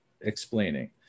explaining